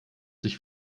sich